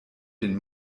den